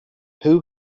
who